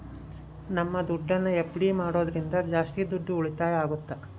ನಮ್ ದುಡ್ಡನ್ನ ಎಫ್.ಡಿ ಮಾಡೋದ್ರಿಂದ ಜಾಸ್ತಿ ದುಡ್ಡು ಉಳಿತಾಯ ಆಗುತ್ತ